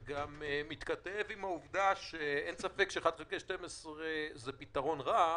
שגם מתכתב עם העובדה שאין ספק ש-1/12 הוא פתרון רע,